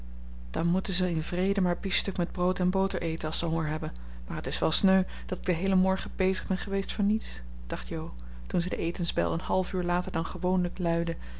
dan moeten ze in vrede maar biefstuk met brood en boter eten als ze honger hebben maar het is wel sneu dat ik den heelen morgen bezig ben geweest voor niets dacht jo toen ze de etensbel een half uur later dan gewoonlijk luidde